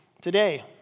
today